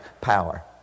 power